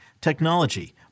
technology